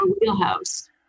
wheelhouse